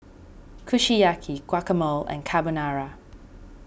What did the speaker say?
Kushiyaki Guacamole and Carbonara